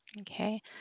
Okay